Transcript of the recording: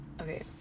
okay